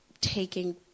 taking